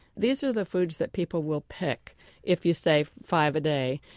these are the foods that people will pick if you say five a day,